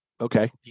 okay